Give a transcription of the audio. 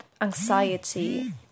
anxiety